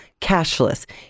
cashless